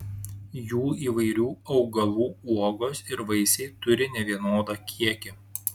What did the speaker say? jų įvairių augalų uogos ir vaisiai turi nevienodą kiekį